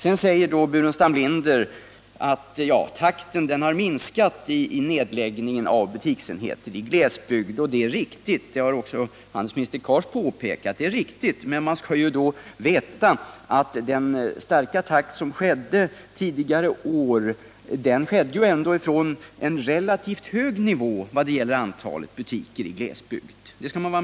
Sedan säger Staffan Burenstam Linder att takten i nedläggningen av butiksenheter i glesbygd har minskat. Det är riktigt. Det har också handelsminister Cars påpekat. Men man skall då veta att den stora nedläggningen tidigare år ändå ägde rum från en relativt hög nivå när det gällde antalet butiker i glesbygd.